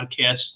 podcast